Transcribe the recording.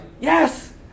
yes